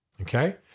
Okay